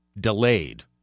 delayed